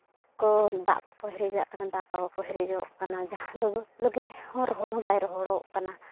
ᱠᱚ ᱫᱟᱜ ᱠᱚ ᱠᱚ ᱦᱤᱨᱤᱡᱟᱜ ᱠᱟᱱᱟ ᱫᱟᱠᱟ ᱠᱚ ᱠᱚ ᱦᱤᱨᱤᱡᱟᱜ ᱠᱟᱱᱟ ᱡᱟᱦᱟᱸ ᱫᱚ ᱞᱚᱜᱮ ᱦᱚᱸ ᱨᱚᱦᱚᱲ ᱦᱚᱸ ᱵᱟᱭ ᱨᱚᱦᱚᱲᱚᱜ ᱠᱟᱱᱟ